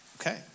Okay